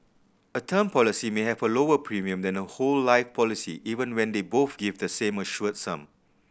a term policy may have a lower premium than a whole life policy even when they both give the same assured sum